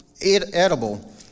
edible